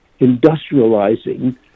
industrializing